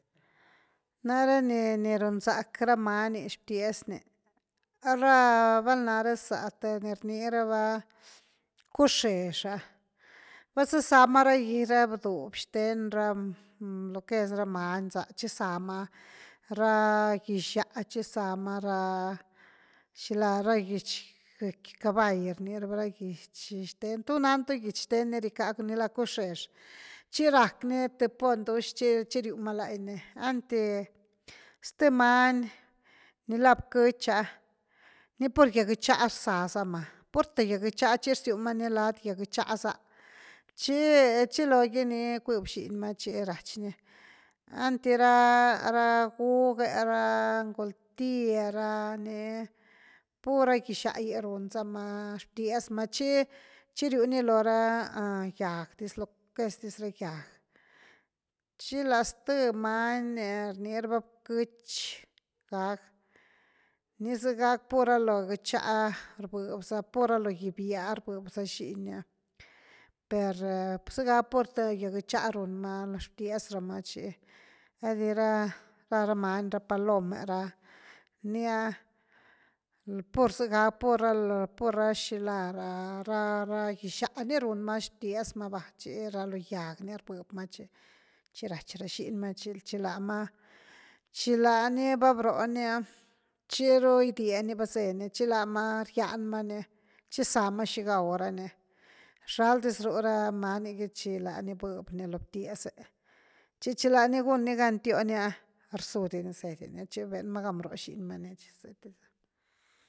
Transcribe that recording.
Nare ni-ni run zck ra many xbtiez ni, araa val nare za th ni rni raba bcuxex ah, bazaza ma ra bduby xthen ra lo que es ra many za, tchizama ra xilá, gix-xa chizama ra, shila ra gitx gëcky caball rni raba, ra gitxh, tu nan tu gitch xthen ni ricka ni la bcuxex, tchi rack ni th pony dux, tchi riu ma lany ni, einty zth many ni la bquïtx ah, ni pur gyag gïtx-xia rza za ma, purthe gyag gïtx-xia tchi rzyu zama ni lad gyag gïtx-xia za tchi-tchi logy ni cuib xiny ma tchi rach ni, einy ra guge, ra ngul tye ra ni pur ra gyxá gy ru nzama xbtiez ma, tchi-tchi riu ni lo ra gyag diz, lo que es dis ra gyag. Tchi la zth many ni rnii raba bquïtx gag ni zega pur ra lo gïtx-xia rbeb za pur ra lo gyag bya rbeb za xiny ni, per zega purthe gyag gïtx-xia run rama xbtiez rama, tchi einty ra, rara many ra palome ra, ni ah puer zega, pur ra lo pur ra xila, ra- ra gixá ni run ma xbtiez ma va tchi ra lo gyag ni rbëb ma tchi, tchi rach ra shiny ma tchi láma, tchi lany va broh ni ah chiru gydie ni base ni tchi lama rgyan ma ni, chiza ma xi gau ra ni. rxal dis ru ra many gi tchi la ni bëb ni lo btiez’e tchi chi lany gun ni gan tió ni, bxu di ni zeny tchi vén ma gan bro xini ma ni tchi, zety.